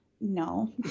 no